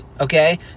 okay